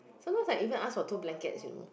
sometimes I even ask for two blankets you